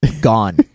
gone